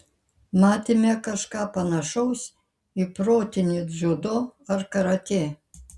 matėme kažką panašaus į protinį dziudo ar karatė